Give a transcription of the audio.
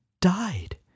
died